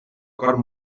acord